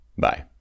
Bye